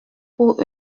pour